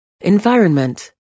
environment